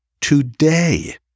today